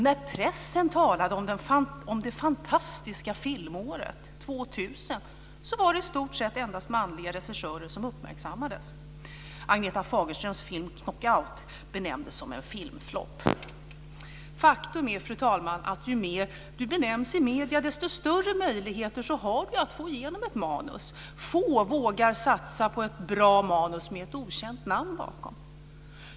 När pressen talade om det fantastiska filmåret 2000 var det i stort sett endast manliga regissörer som uppmärksammades. Faktum är, fru talman, att ju mer man omnämns i medierna desto större möjligheter har man att få igenom ett manus. Få vågar satsa på ett bra manus med ett okänt namn bakom.